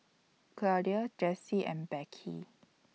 Claudie Jessie and Becky